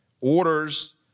Orders